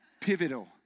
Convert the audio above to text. Pivotal